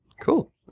Cool